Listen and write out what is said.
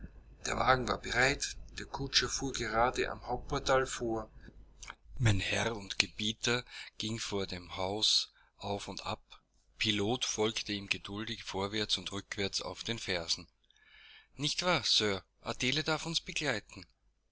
der wagen war bereit der kutscher fuhr gerade am hauptportal vor mein herr und gebieter ging vor dem hause auf und ab pilot folgte ihm geduldig vorwärts und rückwärts auf den fersen nicht wahr sir adele darf uns begleiten